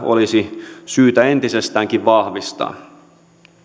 olisi syytä entisestäänkin vahvistaa